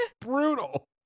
Brutal